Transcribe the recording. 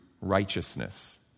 righteousness